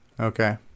Okay